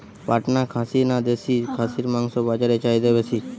পাটনা খাসি না দেশী খাসির মাংস বাজারে চাহিদা বেশি?